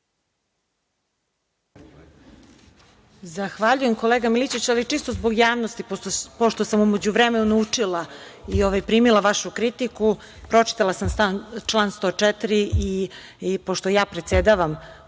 Zahvaljujem, kolega Milićeviću, ali čisto zbog javnosti, pošto sam u međuvremenu naučila i primila vašu kritiku. Pročitala sam član 104. i pošto ja predsedavam u